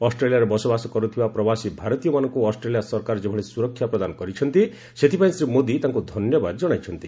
ଅଷ୍ଟ୍ରେଲିଆରେ ବସବାସ କରୁଥିବା ପ୍ରବାସୀ ଭାରତୀୟମାନଙ୍କୁ ଅଷ୍ଟ୍ରେଲିଆ ସରକାର ଯେଭଳି ସ୍ୱରକ୍ଷା ପ୍ରଦାନ କରିଛନ୍ତି ସେଥିପାଇଁ ଶ୍ରୀ ମୋଦୀ ତାଙ୍କୁ ଧନ୍ୟବାଦ ଜଣାଇଛନ୍ତି